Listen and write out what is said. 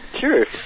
sure